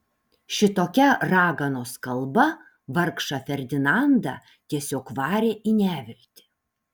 šitokia raganos kalba vargšą ferdinandą tiesiog varė į neviltį